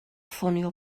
ffonio